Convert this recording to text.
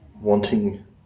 wanting